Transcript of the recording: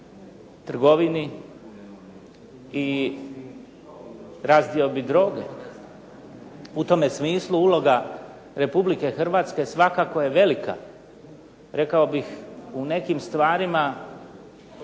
trgovini i razdiobi droge. U tome smislu uloga Republike Hrvatske svakako je velika rekao bih u nekim stvarima